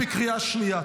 את בקריאה שנייה.